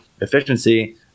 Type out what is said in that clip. efficiency